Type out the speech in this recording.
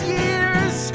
years